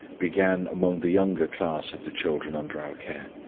began among the younger class of the children under our care,